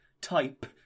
type